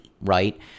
right